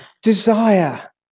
desire